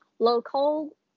local